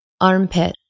Armpit